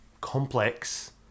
complex